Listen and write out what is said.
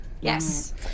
yes